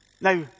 Now